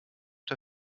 der